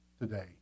today